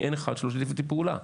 אין אחד שלא שיתף איתי פעולה.